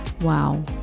Wow